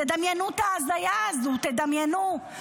תדמיינו את ההזיה הזו, תדמיינו.